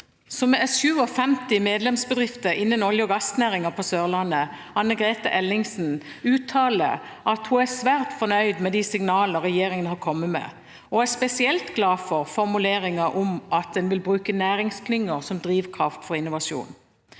– 57 medlemsbedrifter innen olje- og gassnæringen på Sørlandet – Anne Grete Ellingsen, uttaler at hun er svært fornøyd med de signaler regjeringen har kommet med, og er spesielt glad for formuleringen om at en vil bruke næringsklynger som drivkraft for innovasjon.